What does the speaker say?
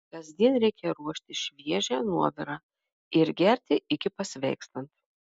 kasdien reikia ruošti šviežią nuovirą ir gerti iki pasveikstant